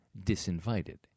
disinvited